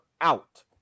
out